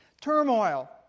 turmoil